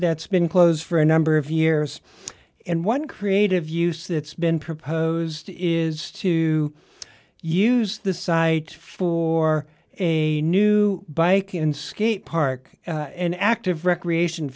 that's been closed for a number of years and one creative use that's been proposed is to use the site for a new bike in skate park an active recreation